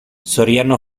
soriano